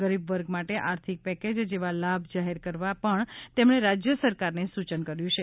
ગરીબ વર્ગ માટે આર્થિક પેકેજ જેવા લાભ જાહેર કરવા પણ તેમણે રાજ્ય સરકારને સૂચન કર્યું છે